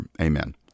amen